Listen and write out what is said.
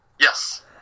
Yes